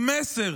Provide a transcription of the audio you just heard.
המסר